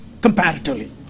comparatively